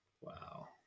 Wow